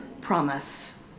promise